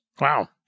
Wow